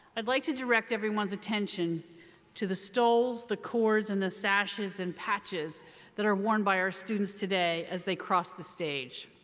i'd like to direct everyone's attention to the stoles, the cords, and the sashes and patches that are worn by our students today as they cross the stage.